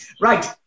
Right